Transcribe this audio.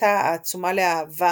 כמיהתה העצומה לאהבה,